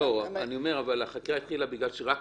אני שואל אם החקירה התחילה בגלל שרק